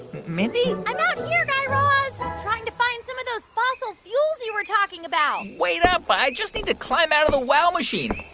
mindy? i'm out here, guy raz, trying to find some of those fossil fuels you were talking about wait up. i just need to climb out of the wow machine.